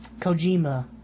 Kojima